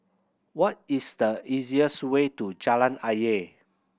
what is the easiest way to Jalan Ayer